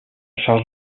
charge